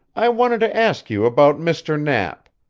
i wanted to ask you about mr. knapp.